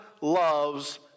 loves